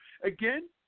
again